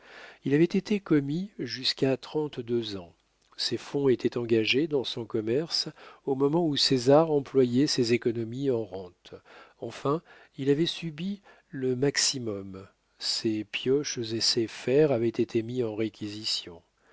il avait été commis jusqu'à trente-deux ans ses fonds étaient engagés dans son commerce au moment où césar employait ses économies en rentes enfin il avait subi le maximum ses pioches et ses fers avaient été mis en réquisition